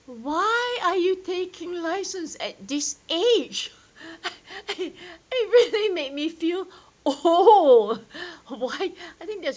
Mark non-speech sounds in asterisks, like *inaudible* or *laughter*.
why are you taking license at this age *laughs* it really made me feel old why I think there's